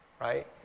right